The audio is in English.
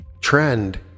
trend